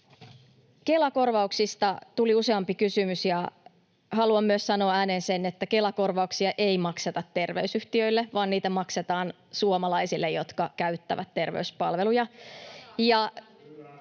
Kela-korvauksista tuli useampi kysymys. Haluan myös sanoa ääneen sen, että Kela-korvauksia ei makseta terveysyhtiöille, vaan niitä maksetaan suomalaisille, jotka käyttävät terveyspalveluja.